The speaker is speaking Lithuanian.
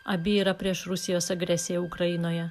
abi yra prieš rusijos agresiją ukrainoje